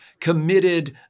committed